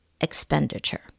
expenditure